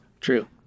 True